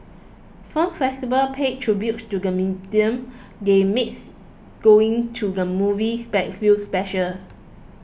film festival pay tribute to the medium they make going to the movies feel special